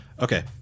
okay